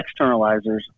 externalizers